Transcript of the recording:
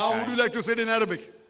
you like to sit in arabic?